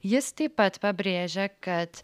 jis taip pat pabrėžia kad